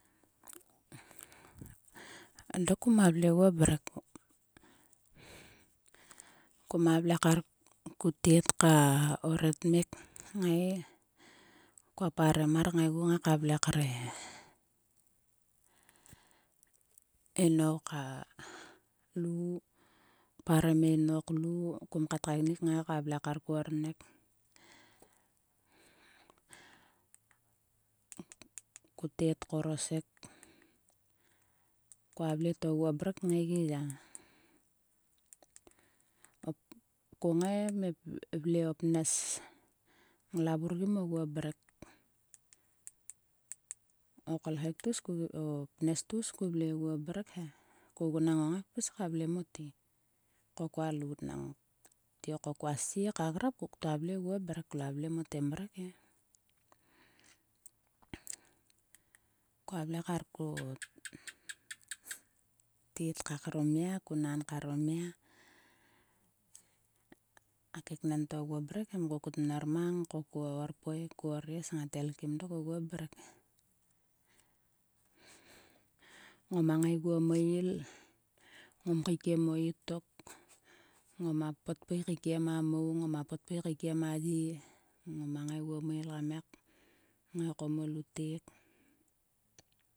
Dok kuma vle oguo mrek. kuma vle kar ku tet ka orotmek kngai. Kua parem mar kngaigu ka vle kre in inou ka lu. Parem e inou klu. Kum kat kaiknik ka vle kar ko ornek. Ko tet korosek. Kua vle to oguo mrek tngai gi ya. Ko ngai mi vle o pnes nglavurgim oguo mrek. Oklkhe tgus. o pnes tgus ko vle oguo mrek he. Ko gun na ngongai kpis ka vle mote ko koa lout nang tiok ko kua sie ka grap kukta vle oguo mrek. Kola vle mote mrek e. Koa vle kar ko tet karo mia. ko naan karo mia. A kaken to oguo mrek ko kut mnor mang ko. ko orpeik ko orres ngat kut elkim dok oguo mrek. Ngoma ngaiguo meil. ngom itok. Ngoma petpui keikiem a mou. ngoma petpui keikiem a ye. Ngoma ngaiguo mail kam ngai ko mo lutek.